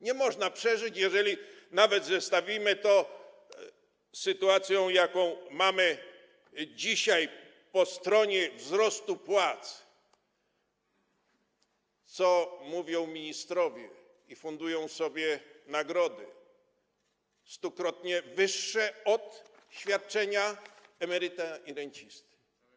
Nie można przeżyć, nawet jeżeli zestawimy to z sytuacją, jaką mamy dzisiaj po stronie wzrostu płac - co mówią ministrowie, którzy fundują sobie nagrody stukrotnie wyższe od świadczenia emeryta i rencisty.